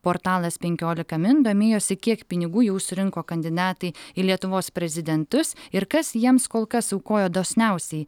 portalas penkiolika min domėjosi kiek pinigų jau surinko kandidatai į lietuvos prezidentus ir kas jiems kol kas aukoja dosniausiai